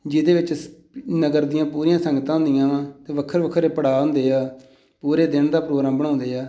ਜਿਹਦੇ ਵਿੱਚ ਸ ਨਗਰ ਦੀਆਂ ਪੂਰੀਆਂ ਸੰਗਤਾਂ ਹੁੰਦੀਆਂ ਵਾਂ ਅਤੇ ਵੱਖਰੇ ਵੱਖਰੇ ਪੜਾਅ ਹੁੰਦੇ ਆ ਪੂਰੇ ਦਿਨ ਦਾ ਪ੍ਰੋਗਰਾਮ ਬਣਾਉਂਦੇ ਆ